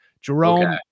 Jerome